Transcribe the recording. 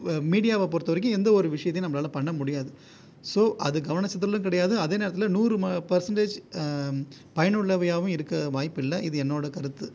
மீடியாவை பொறுத்தவரைக்கும் எந்த ஒரு விஷயத்தையும் நம்மளால் பண்ண முடியாது ஸோ அது கவன சிதறலும் கிடையாது அதே நேரத்தில் நூறு பர்ஸன்டேஜ் பயனுள்ளவையாகவும் இருக்க வாய்ப்பு இல்லை இது என்னோடய கருத்து